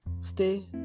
stay